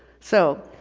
so,